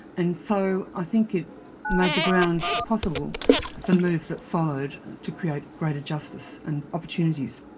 and so i think it made the ground possible for the move that followed, to create greater justice and opportunities.